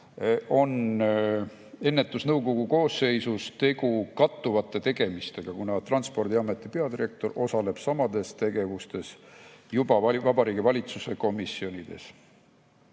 on ennetusnõukogu koosseisus tegu kattuvate tegemistega, kuna Transpordiameti peadirektor osaleb samades tegevustes juba Vabariigi Valitsuse komisjonides.